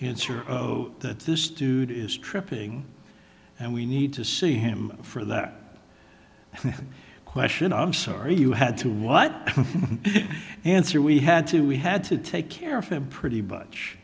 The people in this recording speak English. that this dude is tripping and we need to see him for that question i'm sorry you had to what answer we had to we had to take care of him pretty bunch